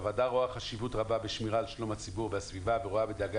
הוועדה רואה חשיבות רבה בשמירה על שלום הציבור והסביבה ורואה בדאגה